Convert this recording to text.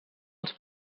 els